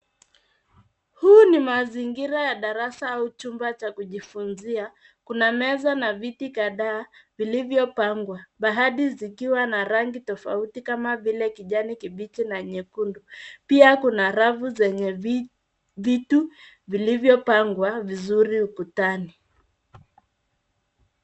Huu ni mazingira ya darasa, au chumba cha kujifunzia, kuna meza na viti kadhaaa, vilivyopangwa, baadhi zikiwa na rangi tofauti kama vile kijani kibichi, na nyekundu. Pia kuna rafu zenye, vi, vitu, vilivyopangwa, vizuri ukutani.